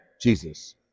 Jesus